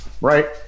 right